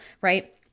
right